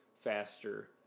faster